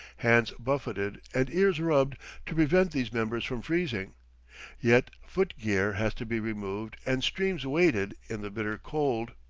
hands buffeted and ears rubbed to prevent these members from freezing yet foot-gear has to be removed and streams waded in the bitter cold.